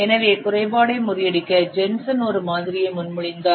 எனவே குறைபாடை முறியடிக்க ஜென்சன் ஒரு மாதிரியை முன்மொழிந்தார்